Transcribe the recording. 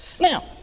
now